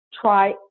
try